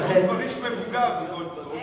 אבל הוא כבר איש מבוגר, גולדסטון.